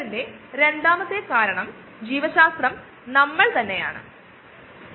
ചില ബയോ റിയാക്ടറുകളെക്കുറിച്ച് കൂടുതൽ നമ്മൾ പരിശോധിക്കും